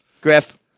Griff